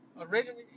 originally